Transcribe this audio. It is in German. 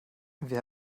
wer